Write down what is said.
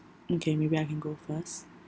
okay maybe I can go first